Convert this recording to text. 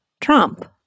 Trump